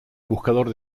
buscador